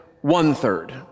one-third